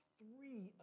three